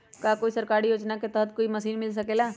का कोई सरकारी योजना के तहत कोई मशीन मिल सकेला?